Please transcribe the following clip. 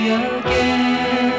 again